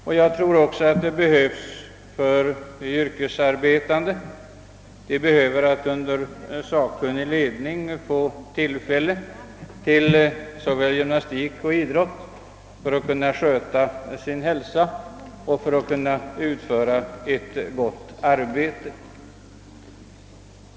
Jag tror att det också är nödvändigt för de yrkesarbetande att under sakkunnig ledning få tillfälle till såväl gymnastik som idrott för att kunna sköta sin hälsa och utföra ett gott arbete.